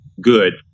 good